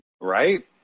right